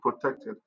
protected